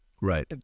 Right